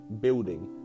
building